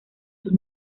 sus